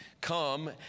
come